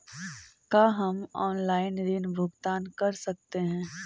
का हम आनलाइन ऋण भुगतान कर सकते हैं?